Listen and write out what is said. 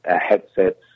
headsets